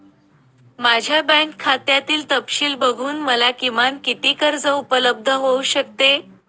माझ्या बँक खात्यातील तपशील बघून मला किमान किती कर्ज उपलब्ध होऊ शकते?